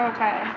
Okay